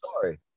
Sorry